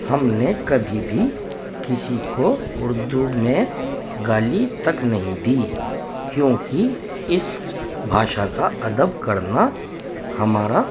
ہم نے کبھی بھی کسی کو اردو میں گالی تک نہیں دی کیونکہ اس بھاشا کا ادب کرنا ہمارا